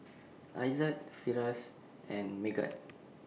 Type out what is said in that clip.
Aizat Firash and Megat